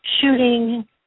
shooting